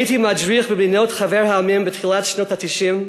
הייתי מדריך בחבר המדינות בתחילת שנות ה-90,